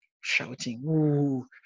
shouting